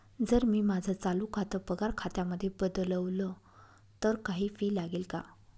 जर मी माझं चालू खातं पगार खात्यामध्ये बदलवल, तर काही फी लागेल का?